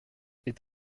est